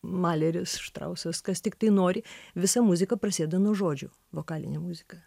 maleris štrausas kas tiktai nori visa muzika prasideda nuo žodžių vokalinė muzika